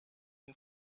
den